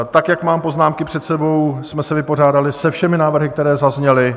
Tak jak mám poznámky před sebou, jsme se vypořádali se všemi návrhy, které zazněly.